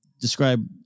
describe